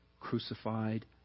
crucified